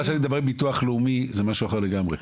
מה שאני מדבר על ביטוח לאומי זה משהו אחר לגמרי.